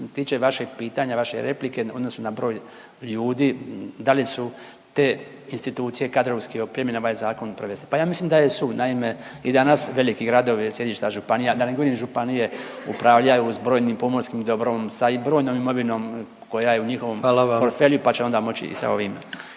tiče vašeg pitanja i vaše replike u odnosu na broj ljudi da li su te institucije kadrovski opremljene ovaj zakon provesti? Pa ja mislim da jesu. Naime i danas veliki gradovi i sjedišta županija, da ne govorim županije upravljaju s brojnim pomorskim dobrom, sa brojnom imovinom koja je u njihovom…/Upadica predsjednik: Hvala